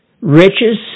riches